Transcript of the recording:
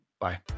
Bye